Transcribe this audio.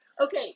Okay